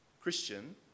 Christian